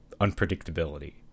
unpredictability